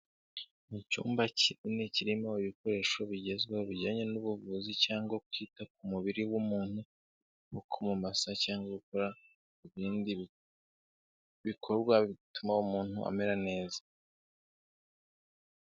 Ni icyumba kinini kirimo ibikoresho bigezweho bijyanye n'ubuvuzi cyangwa kwita ku mubiri w'umuntu, mu kumamasa cyangwa gukora ibindi bikorwa bituma umuntu amera neza.